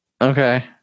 Okay